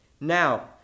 Now